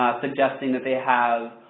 suggesting that they have